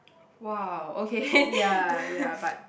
!wow! okay